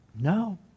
No